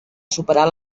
superar